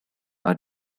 are